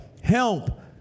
help